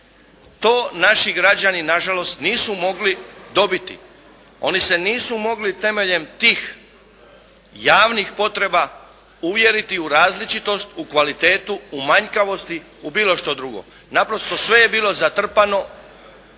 To naši građani na žalost nisu mogli dobiti. Oni se nisu mogli temeljem tih javnih potreba uvjeriti u različitost, u kvalitetu, u manjkavosti, u bilo što drugo. Naprosto sve je bilo zatrpano